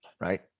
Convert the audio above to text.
Right